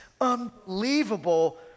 unbelievable